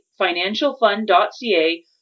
financialfund.ca